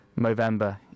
Movember